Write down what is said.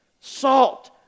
Salt